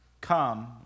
Come